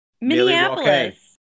Minneapolis